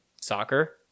soccer